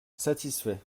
satisfait